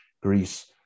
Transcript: Greece